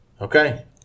Okay